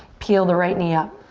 peel the right knee up.